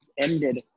ended